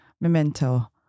Memento